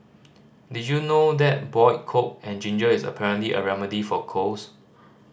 did you know that boiled coke and ginger is apparently a remedy for colds